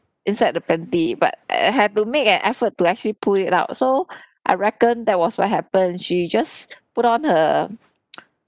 inside the panty but I had to make an effort to actually pull it out so I reckon that was what happened she just put on her